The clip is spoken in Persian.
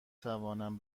توانم